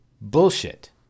Bullshit